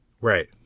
Right